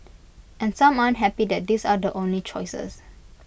and some aren't happy that these are the only choices